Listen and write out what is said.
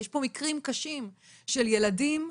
יש פה מקרים קשים של ילדים.